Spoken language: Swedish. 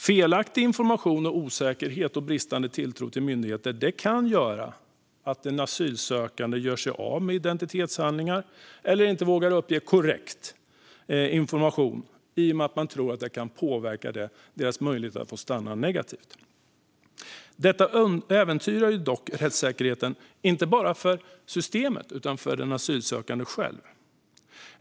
Felaktig information, osäkerhet och bristande tilltro till myndigheter kan göra att asylsökande gör sig av med identitetshandlingar eller inte vågar uppge korrekt information i och med att de tror att det kan påverka deras möjligheter att få stanna negativt. Detta äventyrar dock rättssäkerheten, inte bara för systemet utan för den asylsökande själv.